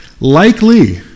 Likely